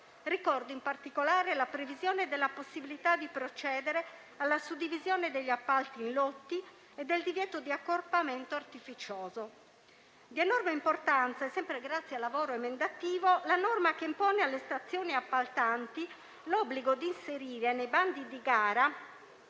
Ricordo, in particolare, la previsione della possibilità di procedere alla suddivisione degli appalti in lotti e del divieto di accorpamento artificioso. Di enorme importanza, sempre grazie al lavoro emendativo, è la norma che impone alle stazioni appaltanti l'obbligo di inserire nei bandi di gara